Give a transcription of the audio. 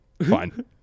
Fine